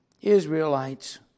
Israelites